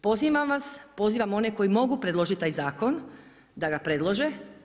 Pozivam vas, pozivam one koji mogu predložit taj zakon da ga predlože.